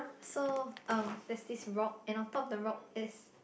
so um there's this rock and on top of the rock is